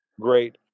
great